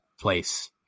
place